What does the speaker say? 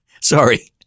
Sorry